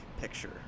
picture